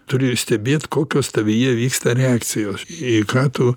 turi stebėt kokios tavyje vyksta reakcijos į ką tu